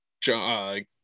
John